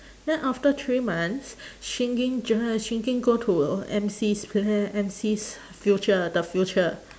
then after three months shingen ju~ shingen go to M_C's pl~ M_C's future the future